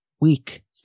weak